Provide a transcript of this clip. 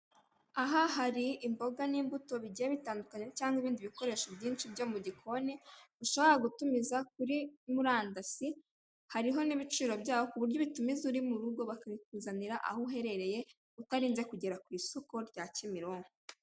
Aha hari imboga n'imbuto bigiye bitandukanye, cyangwa ibindi bikoresho byinshi byo mu gikoni, ushobora gutumiza kuri murandasi, hariho n'ibiciro byaho, ku buryo ubitumiza uri mu rugo, bakabakuzanira aho uherereye, utarinze kugera ku isoko rya Kimironko.